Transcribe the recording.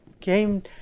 came